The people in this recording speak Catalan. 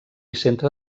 centre